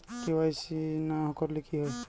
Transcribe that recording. KYC না করলে কি হয়?